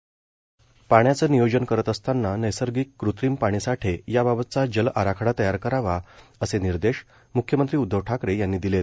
जल आराखडा पाण्याचं नियोजन करत असताना नैसर्गिक कृत्रिम पाणीसाठे याबाबतचा जल आराखडा तयार करावा असे निर्देश मृख्यमंत्री उदधव ठाकरे यांनी दिलेत